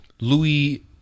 Louis